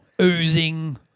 Oozing